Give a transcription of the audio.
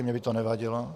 Mně by to nevadilo.